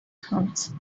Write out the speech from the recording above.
house